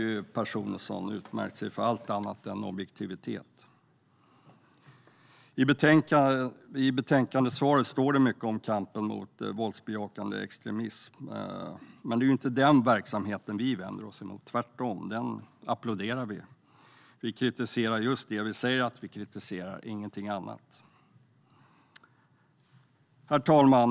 De personerna har utmärkt sig för att vara allt annat än objektiva. I betänkandet står det mycket om kampen mot våldsbejakande extremism. Det är inte den verksamheten vi vänder oss emot, tvärtom. Vi applåderar den. Vi kritiserar just det vi säger att vi kritiserar, ingenting annat. Herr talman!